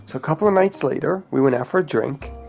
so a couple of nights later we went out for a drink.